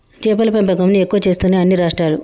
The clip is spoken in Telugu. చేపల పెంపకం ను ఎక్కువ చేస్తున్నాయి అన్ని రాష్ట్రాలు